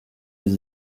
les